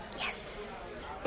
Yes